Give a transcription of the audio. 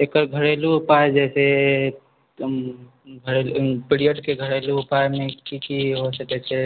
एकर घरेलू उपाय जैसे पीरियड के घरेलू उपायमे की की होइ सकै छै